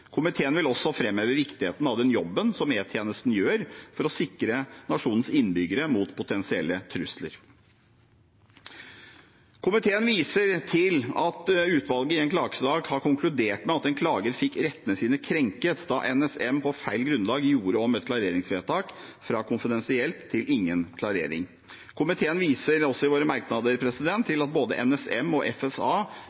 Komiteen vil også fremheve viktigheten av den jobben som E-tjenesten gjør for å sikre nasjonens innbyggere mot potensielle trusler.» Komiteen skriver videre: «Komiteen viser til at utvalget i en klagesak har konkludert med at en klager fikk rettighetene sine krenket da NSM på feil grunnlag gjorde om et klareringsvedtak fra KONFIDENSIELT til ingen klarering. Komiteen viser